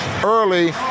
early